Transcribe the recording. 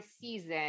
season